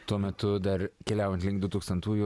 tuo metu dar keliaujant link du tūkstantųjų